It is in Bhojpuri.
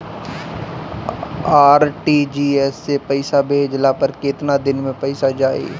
आर.टी.जी.एस से पईसा भेजला पर केतना दिन मे पईसा जाई?